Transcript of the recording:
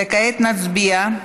וכעת נצביע,